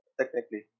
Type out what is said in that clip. technically